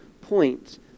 points